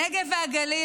הנגב והגליל,